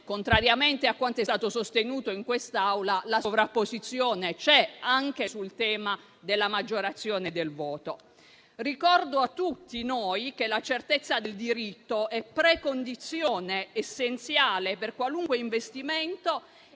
contrariamente a quanto è stato sostenuto in quest'Aula, la sovrapposizione c'è anche sul tema della maggiorazione del voto. Ricordo a tutti noi che la certezza del diritto è precondizione essenziale per qualunque investimento